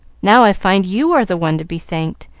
now i find you are the one to be thanked,